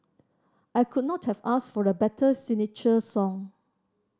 I could not have asked for a better signature song